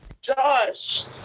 Josh